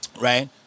Right